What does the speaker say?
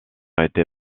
été